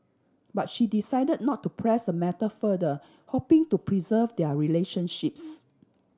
but she decide not to press the matter further hoping to preserve their relationships